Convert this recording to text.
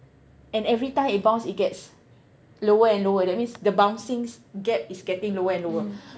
and everytime it bounce it gets lower and lower that means the bouncing's gap is getting lower and lower